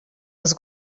les